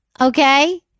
Okay